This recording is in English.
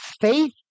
faith